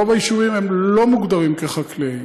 רוב היישובים לא מוגדרים חקלאיים,